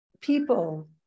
people